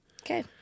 Okay